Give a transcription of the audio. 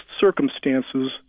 circumstances –